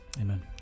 Amen